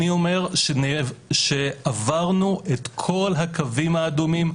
אני אומר שעברנו את כל הקווים האדומים,